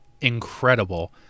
incredible